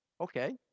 Okay